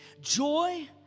Joy